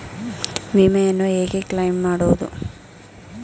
ವಿಮೆಯನ್ನು ಹೇಗೆ ಕ್ಲೈಮ್ ಮಾಡುವುದು?